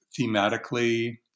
thematically